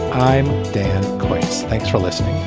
i'm dan quayle. thanks for listening